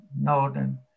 northern